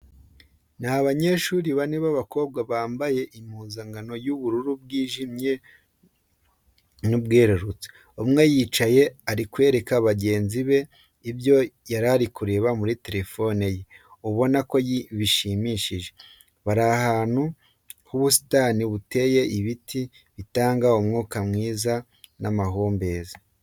Ni abanyeshuri bane b'abakobwa bambaye impuzankano y'ubururu bwijimye n'ubwerurutse. Umwe wicaye ari kwereka bagenzi be ibyo yari ari kureba muri telefone ye ubona ko bishimishije. Bari ahantu mu busitani buteyemo ibiti bitanga umwuka mwiza n'amahumbezi.